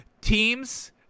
teams